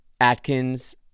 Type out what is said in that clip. Atkins